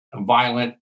violent